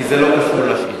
כי זה לא רשום לך.